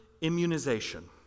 immunization